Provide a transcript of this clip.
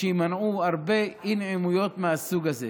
שיימנעו הרבה אי-נעימויות מהסוג הזה,